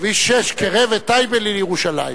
כביש 6 קירב את טייבה לירושלים,